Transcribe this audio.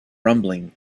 rumbling